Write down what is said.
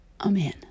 Amen